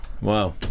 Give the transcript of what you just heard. Wow